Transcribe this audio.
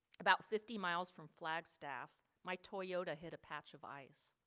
about fifty miles from flagstaff, my toyota hit a patch of ice.